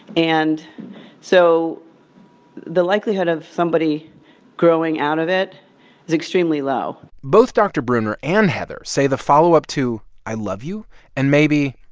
and so the likelihood of somebody growing out of it is extremely low both dr. breuner and heather say the follow-up to, i love you and maybe,